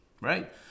right